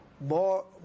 more